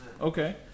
Okay